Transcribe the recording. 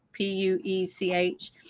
P-U-E-C-H